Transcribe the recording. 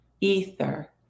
ether